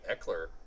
Eckler